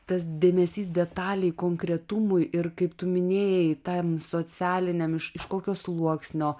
tas dėmesys detalei konkretumui ir kaip tu minėjai tam socialiniam iš iš kokio sluoksnio